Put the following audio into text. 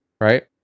right